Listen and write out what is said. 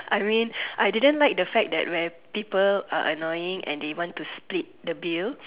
I mean I didn't like the fact that rare people are annoying and they want to split the bill